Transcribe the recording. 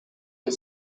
the